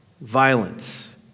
violence